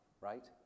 right